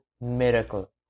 miracle